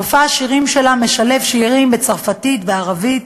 מופע השירים שלה משלב שירים בצרפתית ובערבית,